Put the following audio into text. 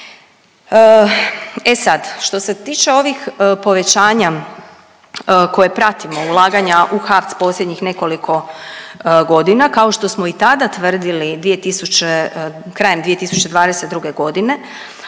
E sad, što se tiče ovih povećanja koje pratimo ulaganja u HAVC posljednjih nekoliko godina kao što smo i tada tvrdili 2000, krajem 2022. godine